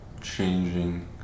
changing